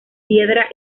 piedra